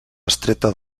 extreta